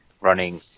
running